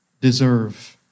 deserve